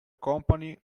company